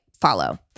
follow